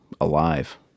alive